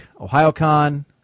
OhioCon